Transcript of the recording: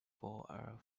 for